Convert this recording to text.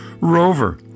Rover